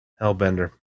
Hellbender